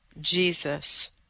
Jesus